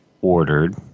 ordered